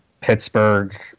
Pittsburgh